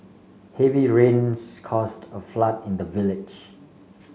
heavy rains caused a flood in the village